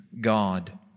God